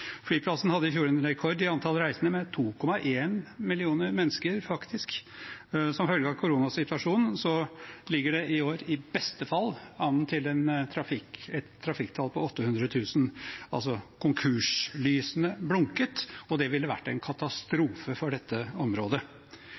Flyplassen hadde i fjor en rekord i antall reisende med 2,1 millioner mennesker. Som følge av koronasituasjonen ligger det i år i beste fall an til et trafikktall på 800 000. Konkurslysene blinket altså, og det ville vært en katastrofe for dette området.